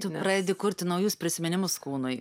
tu pradedi kurti naujus prisiminimus kūnui